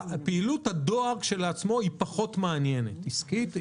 פעילות הדואר כשלעצמה פחות מעניינת עסקית.